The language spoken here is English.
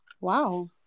Wow